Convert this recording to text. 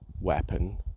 weapon